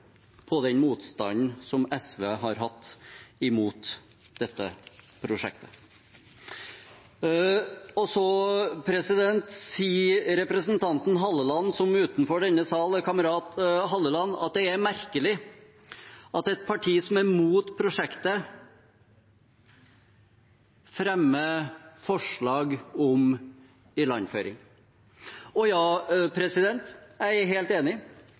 på den motstanden SV har hatt mot dette prosjektet. Så sier representanten Halleland, som utenfor denne salen er kamerat Halleland, at det er merkelig at et parti som er imot prosjektet, fremmer forslag om ilandføring. Og ja, jeg er helt enig.